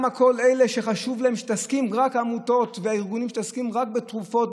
כל אלה שחשובים להם עמותות וארגונים שמתעסקים רק בתרופות,